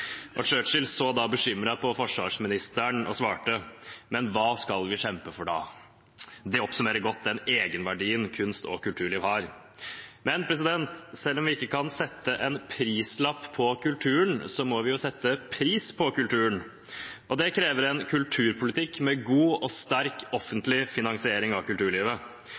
våpen»? Churchill så da bekymret på forsvarsministeren og svarte: «Men hva skal vi kjempe for da?» Det oppsummerer godt den egenverdien kunst og kulturliv har. Men selv om vi ikke kan sette en prislapp på kulturen, må vi jo sette pris på kulturen. Det krever en kulturpolitikk med god og sterk offentlig finansiering av kulturlivet,